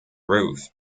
roof